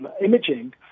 imaging